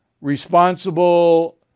Responsible